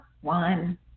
one